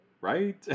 right